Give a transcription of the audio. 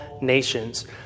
nations